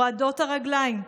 / רועדות הרגליים.